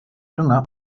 dünger